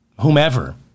whomever